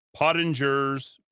Pottingers